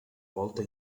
volta